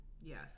Yes